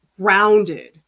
grounded